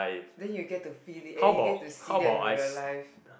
then you will get to feel it and then you will get to see them in real life